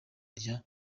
rya